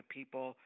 people